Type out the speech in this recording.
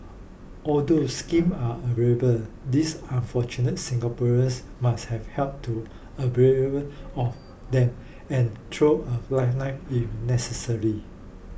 although scheme are available these unfortunate Singaporeans must have helped to avail of them and thrown a lifeline if necessary